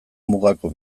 mugako